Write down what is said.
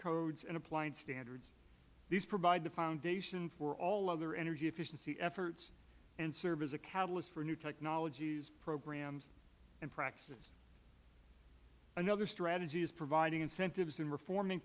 codes and appliance standards these provide the foundation for all other energy efficiency efforts and serve as a catalyst for new technologies programs and practices another strategy is providing incentives and reforming